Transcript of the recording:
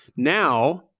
Now